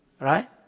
Right